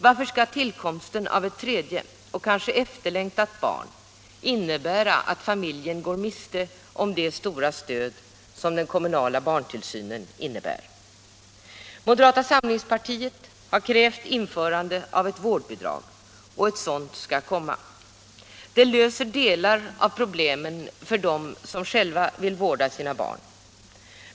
Varför skall tillkomsten av ett tredje och kanske efterlängtat barn innebära att familjen går miste om det stora stöd som den kommunala barntillsynen innebär? Moderata samlingspartiet har krävt införande av ett vårdbidrag, och ett sådant skall komma. Det löser delar av problemen för dem som själva vill vårda sina barn.